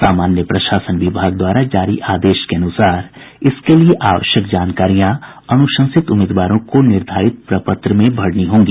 सामान्य प्रशासन विभाग द्वारा जारी आदेश के अनुसार इसके लिए आवश्यक जानकारियां अनुशंसित उम्मीदवारों को निर्धारित प्रपत्र में भरनी होगी